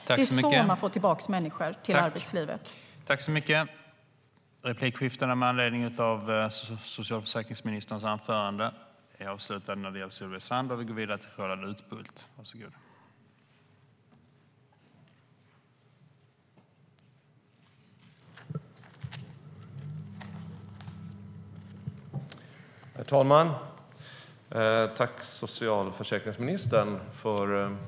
Det är så man får tillbaka människor till arbetslivet.